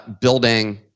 building